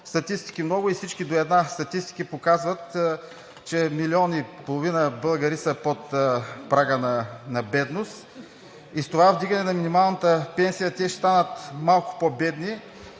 статистики много и всички до една показват, че милион и половина българи са под прага на бедност. С това вдигане на минималната пенсия те ще станат малко по-бедни